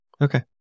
Okay